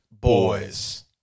Boys